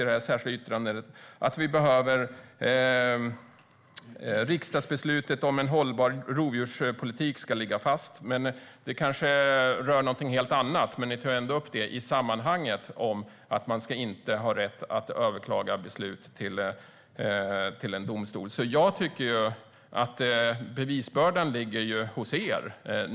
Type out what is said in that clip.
I det särskilda yttrandet säger ni också att riksdagsbeslutet om en hållbar rovdjurspolitik ska ligga fast. Det kanske rör något helt annat, men ni tar ändå upp det i sammanhanget med att man inte ska ha rätt att överklaga beslut till en domstol. Jag tycker att bevisbördan ligger hos er.